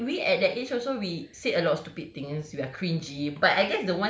ya like we at that age also we said a lot of stupid things we are cringey